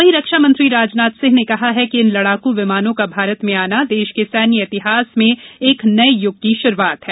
वहीं रक्षा मंत्री राजनाथ सिंह ने कहा है कि इन लडाकू विमानों का भारत में आना देश के सैन्य इतिहास में एक नये युग की शुरुआत है